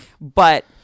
But-